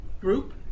group